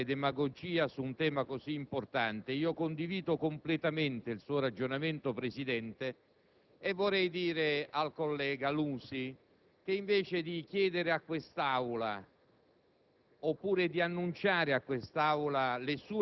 credo che bisogna smetterla di fare demagogia su un tema così importante. Condivido completamente il suo ragionamento e vorrei dire al collega Lusi che, invece di chiedere oppure